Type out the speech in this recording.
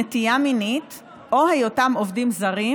נטייה מינית או היותם עובדים זרים,